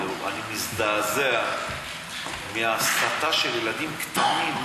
אני מזדעזע מההסתה של ילדים קטנים.